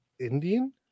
Indian